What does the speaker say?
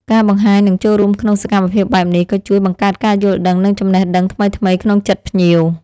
ការបង្ហាញ និងចូលរួមក្នុងសកម្មភាពបែបនេះក៏ជួយបង្កើតការយល់ដឹង និងចំណេះដឹងថ្មីៗក្នុងចិត្តភ្ញៀវ